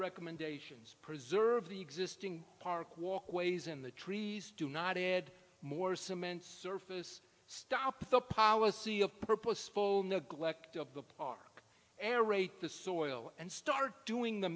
recommendations preserve the existing park walkways in the trees do not add more cement surface stop the policy of purposeful neglect of the park air raid the soil and start doing the